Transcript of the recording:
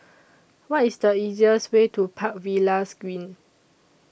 What IS The easiest Way to Park Villas Green